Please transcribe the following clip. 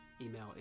Email